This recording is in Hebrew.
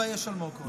תתבייש, אלמוג כהן.